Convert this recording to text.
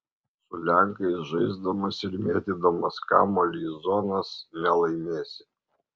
su lenkais žaisdamas ir mėtydamas kamuolį į zonas nelaimėsi